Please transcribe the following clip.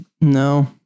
No